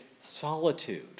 solitude